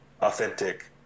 authentic